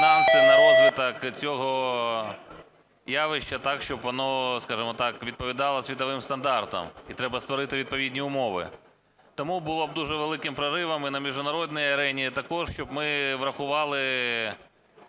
на розвиток цього явища так, щоб воно, скажемо так, відповідало світовим стандартам. І треба створити відповідні умови. Тому було б дуже великим проривом і на міжнародній арені, і також, щоб ми врахували